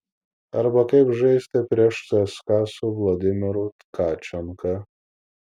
arba kaip žaisti prieš cska su vladimiru tkačenka